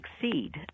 succeed